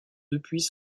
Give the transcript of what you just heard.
depuis